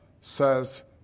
says